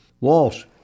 Walsh